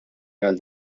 għal